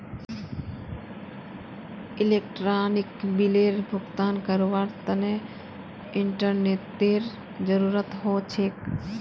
electronic बिलेर भुगतान करवार तने इंटरनेतेर जरूरत ह छेक